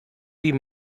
wie